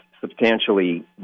substantially